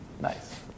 Nice